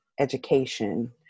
education